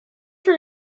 for